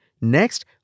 Next